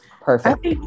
Perfect